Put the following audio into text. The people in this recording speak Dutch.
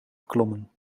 geklommen